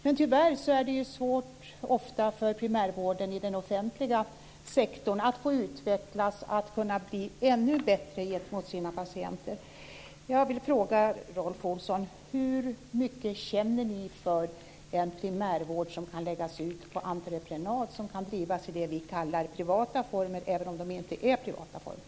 Men tyvärr är det ofta svårt för primärvården i den offentliga sektorn att få utvecklas och att kunna bli ännu bättre gentemot sina patienter. Jag vill fråga Rolf Olsson: Hur mycket känner ni för en primärvård som kan läggas ut på entreprenad och som kan drivas i det vi kallar privata former, även om de inte är privata former?